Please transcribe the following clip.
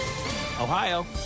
ohio